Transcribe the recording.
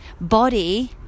body